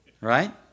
Right